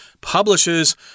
publishes